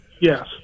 Yes